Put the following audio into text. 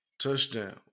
Touchdown